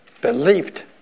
believed